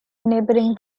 neighboring